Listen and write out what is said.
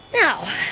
Now